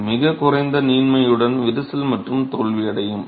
இது மிகக் குறைந்த நீண்மையுடன் விரிசல் மற்றும் தோல்வியடையும்